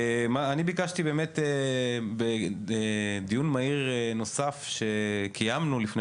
אני ביקשתי דיון מהיר נוסף שקיימנו לפני